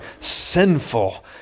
sinful